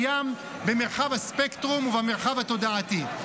בים, במרחב הספקטרום ובמרחב התודעתי.